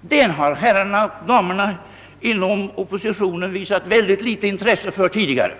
Denna redovisning har herrarna och damerna inom oppositionen visat mycket litet intresse för tidigare.